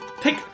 take